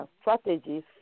strategies